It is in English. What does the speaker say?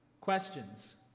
Questions